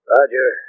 Roger